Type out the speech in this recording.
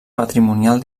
patrimonial